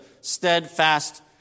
steadfast